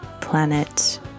planet